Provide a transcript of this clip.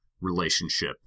relationship